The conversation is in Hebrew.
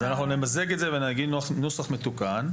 אז אנחנו נמזג את זה ונביא נוסח מתוקן,